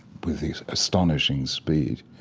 with this astonishing speed.